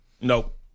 Nope